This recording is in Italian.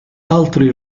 altri